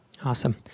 Awesome